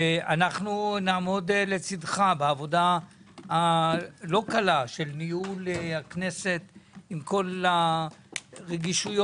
אנחנו נעמוד לצדך בעבודה הלא קלה של ניהול הכנסת עם כל הרגישויות.